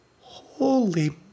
Holy